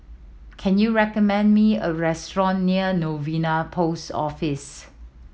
can you recommend me a restaurant near Novena Post Office